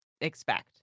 expect